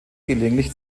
gelegentlich